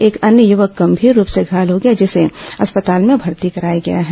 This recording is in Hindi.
एक अन्य युवक गंभीर रूप से घायल हो गया जिसे अस्पताल में भर्ती कराया गया है